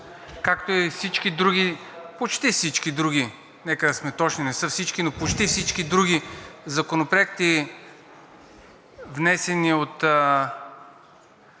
както всички други, почти всички други, нека да сме точни, не са всички, но почти всички други законопроекти, внесени от